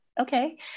okay